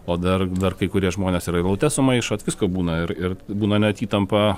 o dar dar kai kurie žmonės ir eilutes sumaišot visko būna ir ir būna net įtampa